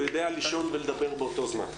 הוא יודע לישון ולדבר באותו זמן...